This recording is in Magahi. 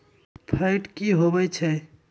फैट की होवछै?